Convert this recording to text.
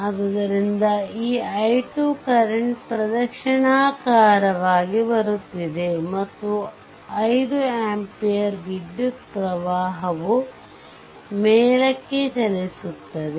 ಆದ್ದರಿಂದ ಈ i2 current ಪ್ರದಕ್ಷಿಣಾಕಾರವಾಗಿ ಬರುತ್ತಿದೆ ಮತ್ತು 5 ampere ವಿದ್ಯುತ್ ಪ್ರವಾಹವು ಮೇಲಕ್ಕೆ ಚಲಿಸುತ್ತದೆ